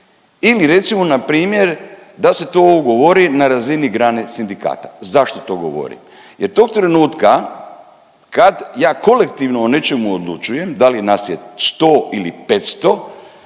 ili recimo npr. da se to ugovori na razini grane sindikata. Zašto to govorim? Jer tog trenutka kad ja kolektivno o nečemu odlučujem da li nas je 100 ili 500